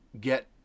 get